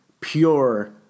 pure